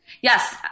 Yes